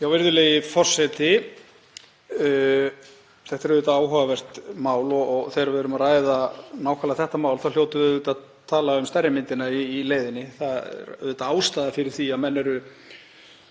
Virðulegi forseti. Þetta er áhugavert mál. Þegar við erum að ræða nákvæmlega þetta mál þá hljótum við auðvitað að tala um stærri myndina í leiðinni. Það er ástæða fyrir því að menn eru